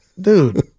Dude